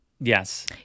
Yes